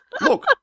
Look